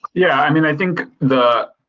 yeah, i mean, i think the.